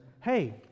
hey